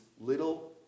little